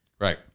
Right